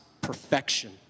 perfection